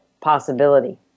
possibility